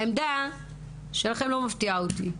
העמדה שלכם לא מפתיעה אותי,